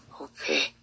Okay